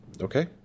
Okay